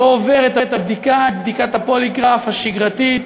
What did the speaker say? לא עובר את בדיקת הפוליגרף השגרתית